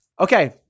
Okay